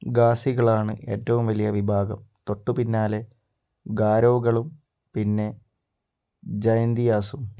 ഖാസികളാണ് ഏറ്റവും വലിയ വിഭാഗം തൊട്ടുപിന്നാലെ ഗാരോകളും പിന്നെ ജൈന്തിയാസും